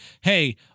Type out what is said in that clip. hey